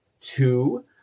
Two